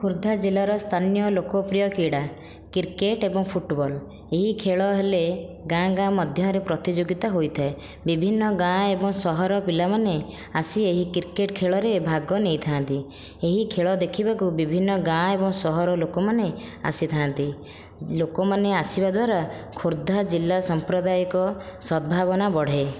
ଖୋର୍ଦ୍ଧା ଜିଲ୍ଲାର ସ୍ଥାନୀୟ ଲୋକ ପ୍ରିୟ କ୍ରୀଡ଼ା କ୍ରିକେଟ ଏବଂ ଫୁଟବଲ ଏହି ଖେଳ ହେଲେ ଗାଁ ଗାଁ ମଧ୍ୟରେ ପ୍ରତିଯୋଗିତା ହୋଇଥାଏ ବିଭିନ୍ନ ଗାଁ ଏବଂ ସହର ପିଲାମାନେ ଆସି ଏହି କ୍ରିକେଟ ଖେଳରେ ଭାଗ ନେଇଥାନ୍ତି ଏହି ଖେଳ ଦେଖିବାକୁ ବିଭିନ୍ନ ଗାଁ ଏବଂ ସହର ଲୋକମାନେ ଆସିଥାନ୍ତି ଲୋକମାନେ ଆସିବା ଦ୍ୱାରା ଖୋର୍ଦ୍ଧା ଜିଲ୍ଲା ସାମ୍ପ୍ରଦାୟିକ ସଦଭାବନା ବଢ଼େ